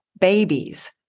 babies